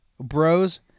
bros